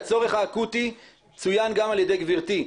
הצורך האקוטי צוין גם על ידי גבירתי.